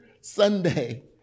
Sunday